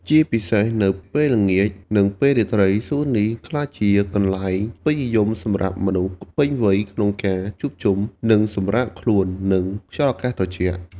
ជាពិសេសនៅពេលល្ងាច និងពេលរាត្រី សួននេះក្លាយជាកន្លែងពេញនិយមសម្រាប់មនុស្សពេញវ័យក្នុងការជួបជុំ និងសម្រាកខ្លួន និងខ្យល់អាកាសត្រជាក់។